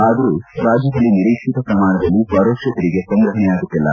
ಆದರೂ ರಾಜ್ಯದಲ್ಲಿ ನಿರೀಕ್ಷಿತ ಶ್ರಮಾಣದಲ್ಲಿ ಪರೋಕ್ಷ ತೆರಿಗೆ ಸಂಗ್ರಹಣೆಯಾಗುತ್ತಿಲ್ಲ